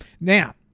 Now